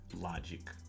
logic